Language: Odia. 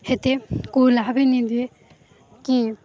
ହେତେ ନି ଦିଏ କି